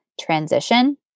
transition